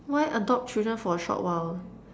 why adopt children for a short while